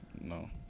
No